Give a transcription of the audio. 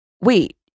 wait